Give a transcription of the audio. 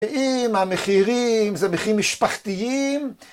האם המחירים זה מחירים משפחתיים?